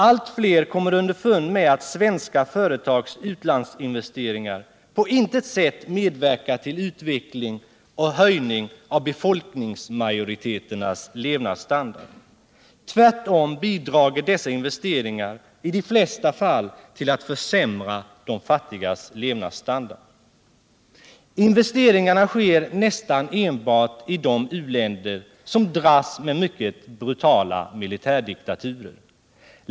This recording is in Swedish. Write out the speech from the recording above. Allt fler kommer underfund med att svenska företags utlandsinvesteringar på intet sätt medverkar till utveckling och höjning av befolkningsmajoritetens levnadsstandard. Tvärtom bidrar dessa investeringar i de flesta fall till att försämra de fattigas levnadsstandard. Investeringarna sker nästan enbart i de u-länder som dras med mycket brutala militärdiktaturer.